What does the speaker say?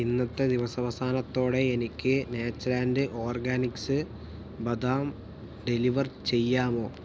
ഇന്നത്തെ ദിവസവസാനത്തോടെ എനിക്ക് നേച്ചലാൻഡ് ഓർഗാനിക്സ് ബദാം ഡെലിവർ ചെയ്യാമോ